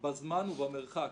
"בזמן ובמרחק".